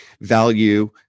value